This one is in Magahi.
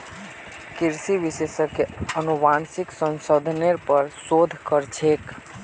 कृषि विशेषज्ञ अनुवांशिक संशोधनेर पर शोध कर छेक